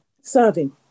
Serving